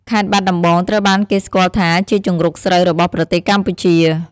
ខេត្តបាត់ដំបង ត្រូវបានគេស្គាល់ថាជាជង្រុកស្រូវរបស់ប្រទេសកម្ពុជា។